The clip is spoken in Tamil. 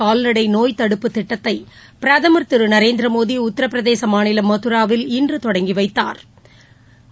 கால்நடை நோய்த் தடுப்புத் திட்டத்தை பிரதமர் திரு நரேந்திர மோடி உத்திரபிரதேச மாநிலம் மதராவில் இன்று தொடங்கி வைத்தாா்